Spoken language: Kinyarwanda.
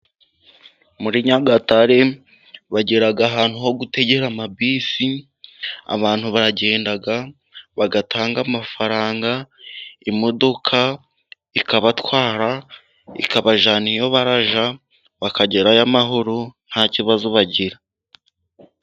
Muri Nyagatare, bagira ahantu ho gutegera amabisi, abantu baragenda bagatanga amafaranga, imodoka ikabatwara ikabajyana iyo barajya, bakagerayo amahoro nta kibazo bagira.